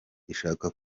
ishaka